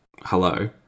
hello